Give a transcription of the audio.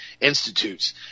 Institutes